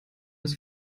ist